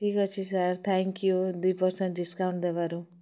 ଠିକ୍ ଅଛି sir thank you ଦୁଇ ପର୍ସେଣ୍ଟ୍ ଡିସକାଉଣ୍ଟ୍ ଦେବାରୁ